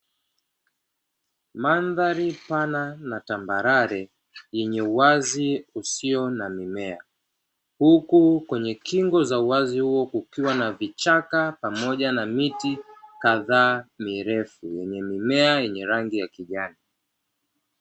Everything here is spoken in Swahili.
Mandhari pana na tambarare yenye uwazi usio na mimea, huku kwenye kingo za uwazi huo kukiwa na vichaka pamoja na miti kadhaa mirefu yenye mimea yenye rangi ya kijani.